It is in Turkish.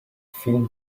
film